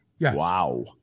Wow